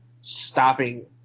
stopping